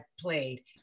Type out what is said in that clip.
played